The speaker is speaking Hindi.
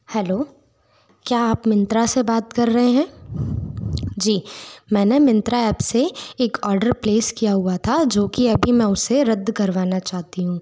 हैलो क्या आप मिंत्रा से बात कर रहे हैं जी मैंने मिंत्रा ऐप्प से एक ऑर्डर प्लेस किया हुआ था जो कि अभी मैं उसे रद्द करवाना चाहती हूँ